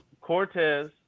Cortez